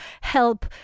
help